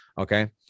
Okay